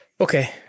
Okay